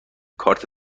کارت